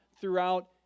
throughout